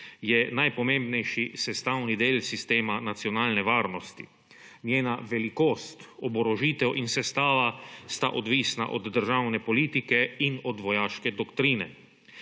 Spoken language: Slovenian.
Je najpomembnejši sestavni del sistema nacionalne varnosti. Njena velikost, oborožitev in sestava so odvisne od državne politike in od vojaške doktrine.